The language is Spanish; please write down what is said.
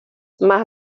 más